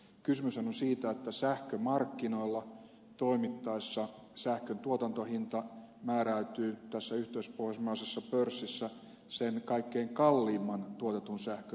kysymyshän on siitä että sähkömarkkinoilla toimittaessa sähkön tuotantohinta määräytyy tässä yhteispohjoismaisessa pörssissä sen kaikkein kalleimman tuotetun sähkön mukaan